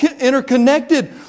interconnected